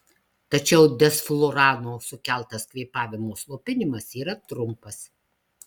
tačiau desflurano sukeltas kvėpavimo slopinimas yra trumpas